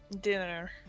dinner